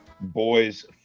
boys